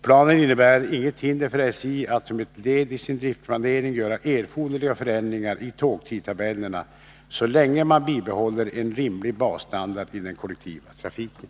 Planen innebär inget hinder för SJ att som ett led i sin driftplanering göra erforderliga förändringar i tågtidtabellerna så länge man bibehåller en rimlig basstandard i den kollektiva trafiken.